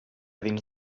dins